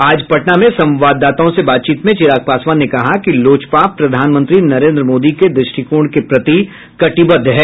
आज पटना में संवाददाताओं से बातचीत में चिराग पासवान ने कहा कि लोजपा प्रधानमंत्री नरेंद्र मोदी के द्रष्टिकोण के प्रति कटिबद्ध है